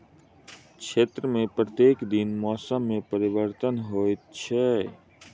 क्षेत्र में प्रत्येक दिन मौसम में परिवर्तन होइत अछि